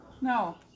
No